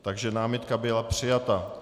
Takže námitka byla přijata.